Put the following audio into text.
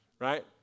right